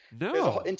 No